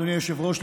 אדוני היושב-ראש,